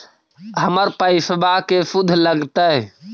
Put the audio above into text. हमर पैसाबा के शुद्ध लगतै?